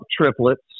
triplets